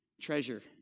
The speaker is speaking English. treasure